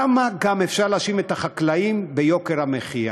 כמה גם אפשר להאשים את החקלאים ביוקר המחיה?